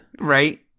Right